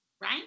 right